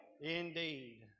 indeed